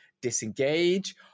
disengage